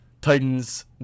Titans